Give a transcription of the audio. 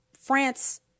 France